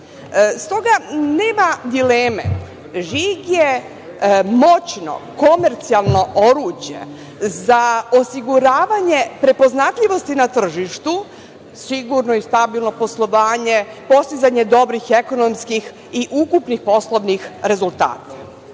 Stoga nema dileme, žig je moćno komercijalno oruđe za osiguravanje prepoznatljivosti na tržištu, sigurno i stabilno poslovanje, postizanje dobrih ekonomskih i ukupnih poslovnih rezultata. Da